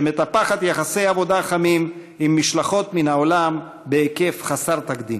והיא מטפחת יחסי עבודה חמים עם משלחות מן העולם בהיקף חסר תקדים.